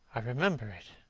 i remember it!